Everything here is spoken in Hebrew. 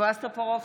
בועז טופורובסקי,